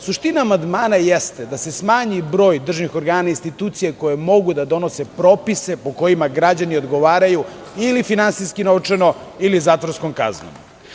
Suština amandmana jeste da se smanji broj državnih organa i institucija koje mogu da donose propise po kojima građani odgovaraju ili finansijski - novčano, ili zatvorskom kaznom.